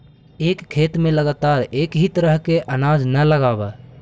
एक खेत में लगातार एक ही तरह के अनाज न लगावऽ